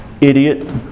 Idiot